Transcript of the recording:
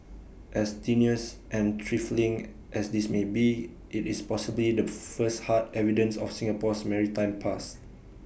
as tenuous and trifling as this may be IT is possibly the first hard evidence of Singapore's maritime past